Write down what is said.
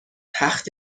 تخت